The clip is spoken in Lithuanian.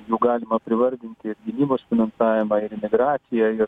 jų galima privardinti ir gynybos finansavimą ir emigraciją ir